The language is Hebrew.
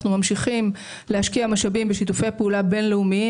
אנחנו ממשיכים להשקיע משאבים ושיתופי פעולה בין-לאומיים